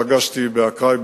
אתמול פגשתי באקראי,